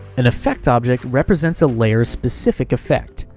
an effect object represents a layer's specific effect,